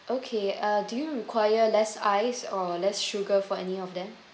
okay uh do you require less ice or less sugar for any of them